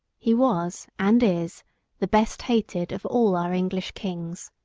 he was and is the best-hated of all our english kings.